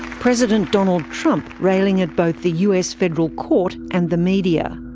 president donald trump railing at both the us federal court and the media.